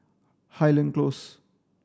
Highland Close